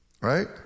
right